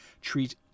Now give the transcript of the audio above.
treat